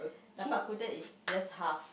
is just half